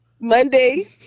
Monday